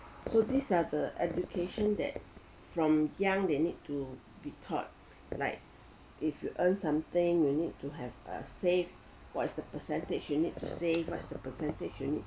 so these are the education that from young they need to be taught like if you earn something you need to have a save what's the percentage you need to save what's the percentage you need